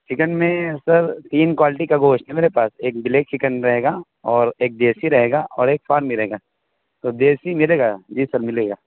chicken میں sir تین quality کا گوشت ہے میرے پاس ایک بلیک چکن رہے گا اور ایک دیسی رہے گا اور ایک فارمی رہے گا تو دیسی ملے گا جی سر ملے گا